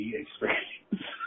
experience